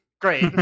Great